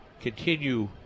continue